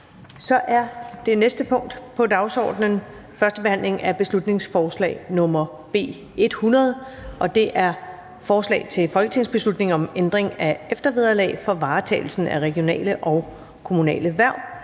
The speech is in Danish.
--- Det næste punkt på dagsordenen er: 18) 1. behandling af beslutningsforslag nr. B 100: Forslag til folketingsbeslutning om ændring af eftervederlag for varetagelsen af regionale og kommunale hverv.